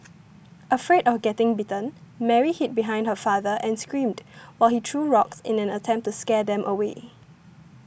afraid of getting bitten Mary hid behind her father and screamed while he threw rocks in an attempt to scare them away